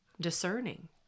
discerning